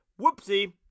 Whoopsie